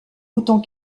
autant